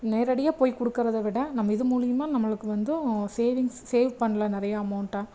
நேரடியாக போயி கொடுக்குறத விட நம்ம இது மூலியமாக நம்மளுக்கு வந்தும் சேவிங்ஸ் சேவ் பண்ணலாம் நிறையா அமௌண்ட்டை